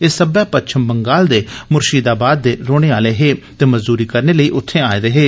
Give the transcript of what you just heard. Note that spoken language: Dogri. एह् सब्बै पच्छम बंगाल दे मुर्शीदाबाद दे रौह्ने आले हे ते मजूरी करने लेई उत्थे आए दे हे